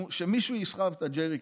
נו, שמישהו יסחב את הג'ריקן.